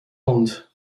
hund